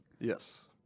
Yes